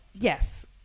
yes